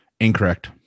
Incorrect